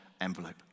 envelope